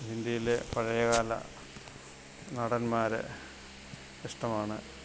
ഹിന്ദിയിലെ പഴയകാല നടൻമാരെ ഇഷ്ടമാണ്